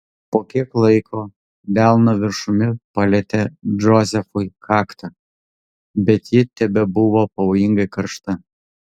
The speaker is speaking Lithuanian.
po kiek laiko delno viršumi palietė džozefui kaktą bet ji tebebuvo pavojingai karšta